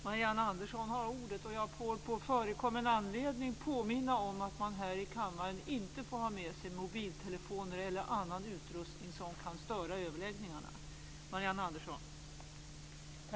Jag får på förekommen anledning påminna om att man här i kammaren inte får ha med sig mobiltelefoner eller annan utrustning som kan störa överläggningarna.